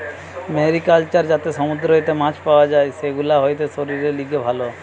mariculture যাতে সমুদ্র হইতে মাছ পাওয়া যাই, সেগুলা হতিছে শরীরের লিগে ভালো